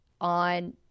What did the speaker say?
on